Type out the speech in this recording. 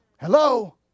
Hello